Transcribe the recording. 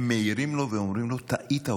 הם מעירים לו ואומרים לו: טעית,